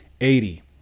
eighty